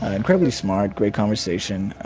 incredibly smart great conversation.